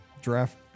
draft